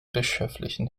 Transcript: bischöflichen